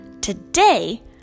today